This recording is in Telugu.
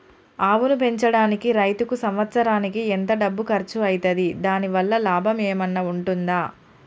ఆవును పెంచడానికి రైతుకు సంవత్సరానికి ఎంత డబ్బు ఖర్చు అయితది? దాని వల్ల లాభం ఏమన్నా ఉంటుందా?